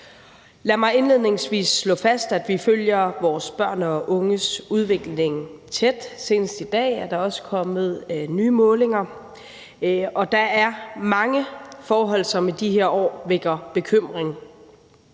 Lad mig indledningsvis slå fast, at vi følger vores børn og unges udvikling tæt. Senest i dag er der også kommet nye målinger, og der er mange forhold, som i de her år vækker bekymring.